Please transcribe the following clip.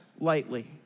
lightly